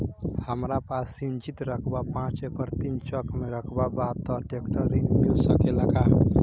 हमरा पास सिंचित रकबा पांच एकड़ तीन चक में रकबा बा त ट्रेक्टर ऋण मिल सकेला का?